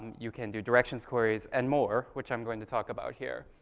you can do directions queries and more, which i'm going to talk about here.